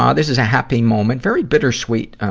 um this is a happy moment very bittersweet uh,